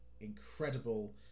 incredible